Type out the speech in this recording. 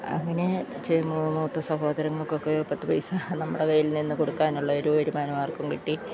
അങ്ങനെ മൂത്ത സഹോദരങ്ങൾക്കൊക്കെ പത്തു പൈസ നമ്മുടെ കയ്യിൽ നിന്ന് കൊടുക്കാനുള്ള ഒരു വരുമാനമാർഗ്ഗം കിട്ടി